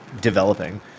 developing